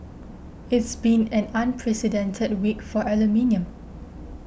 it's been an unprecedented week for aluminium